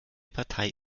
partei